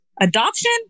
adoption